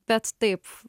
bet taip